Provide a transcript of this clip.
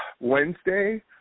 Wednesday